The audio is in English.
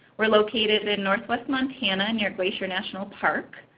are located in northwest montana near glacier national park.